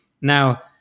Now